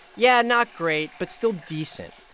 yeah, not great but still decent.